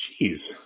Jeez